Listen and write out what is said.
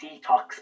detox